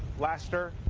lester?